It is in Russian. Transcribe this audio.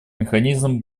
механизм